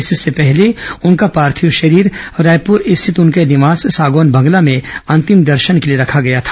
इससे पहले उनका पार्थिव शरीर रायपुर स्थित उनके निवास सागौन बंगला में अंतिम दर्शन के लिए रखा गया था